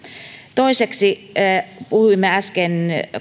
toiseksi puhuimme äsken